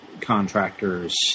contractors